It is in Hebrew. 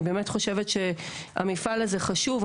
אני באמת חושבת שהמפעל הזה חשוב,